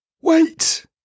Wait